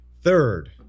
Third